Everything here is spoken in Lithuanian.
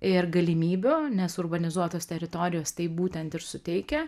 ir galimybių nes urbanizuotos teritorijos tai būtent ir suteikia